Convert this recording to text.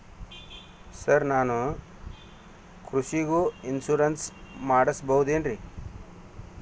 Sir ನಾನು ಕೃಷಿಗೂ insurance ಮಾಡಸಬಹುದೇನ್ರಿ?